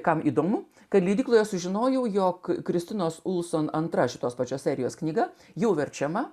kam įdomu kad leidykloje sužinojau jog kristinos ulson antra ši tos pačios serijos knyga jau verčiama